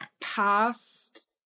past